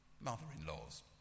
mother-in-laws